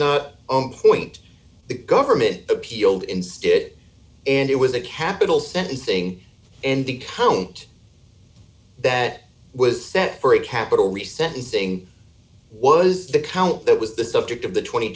not on point the government appealed instead it and it was a capital sentencing and the count that was set for a capital re sentencing was the count that was the subject of the tw